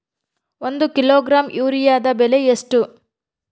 ಒಂದು ಕಿಲೋಗ್ರಾಂ ಯೂರಿಯಾದ ಬೆಲೆ ಎಷ್ಟು?